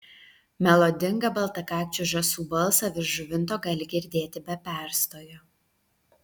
melodingą baltakakčių žąsų balsą virš žuvinto gali girdėti be perstojo